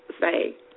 say